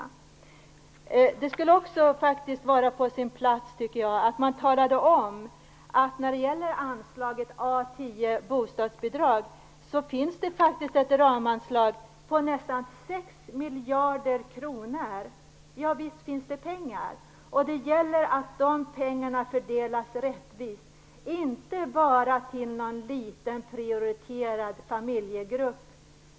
Det skulle också vara på sin plats att tala om att ramanslaget för A 10 Bostadsbidrag är nästan 6 miljarder kronor. Ja, visst finns det pengar. Men det gäller att de pengarna fördelas rättvist och inte bara går till någon liten, prioriterad familjegrupp.